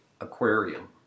Aquarium